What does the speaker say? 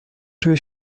czuje